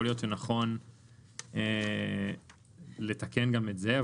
יכול להיות שנכון לתקן גם את זה,